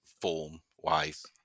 form-wise